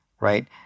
right